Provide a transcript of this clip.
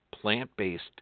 plant-based